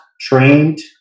trained